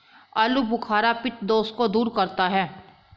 आलूबुखारा पित्त दोष को दूर करता है